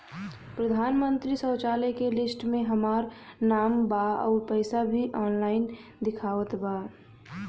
प्रधानमंत्री शौचालय के लिस्ट में हमार नाम बा अउर पैसा भी ऑनलाइन दिखावत बा